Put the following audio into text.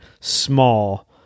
small